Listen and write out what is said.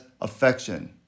affection